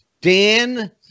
dan